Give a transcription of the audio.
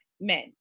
men